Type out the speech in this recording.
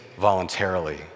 voluntarily